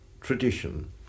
tradition